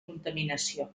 contaminació